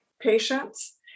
patients